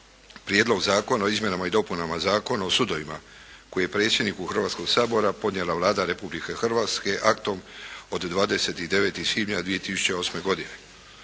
Prijedlog zakona o izmjenama i dopunama Zakona o sudovima kojeg je predsjedniku Hrvatskog sabora podnijela Vlada Republike Hrvatske aktom od 29. svibnja 2008. godine.